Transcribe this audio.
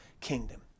kingdom